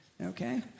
okay